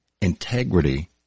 integrity